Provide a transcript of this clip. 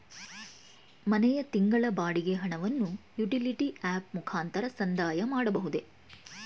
ಮನೆಯ ತಿಂಗಳ ಬಾಡಿಗೆ ಹಣವನ್ನು ಯುಟಿಲಿಟಿ ಆಪ್ ಮುಖಾಂತರ ಸಂದಾಯ ಮಾಡಬಹುದೇ?